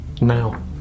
Now